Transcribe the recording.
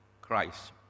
Christ